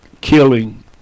killing